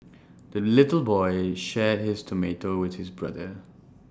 the little boy shared his tomato with his brother